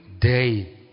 day